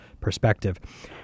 perspective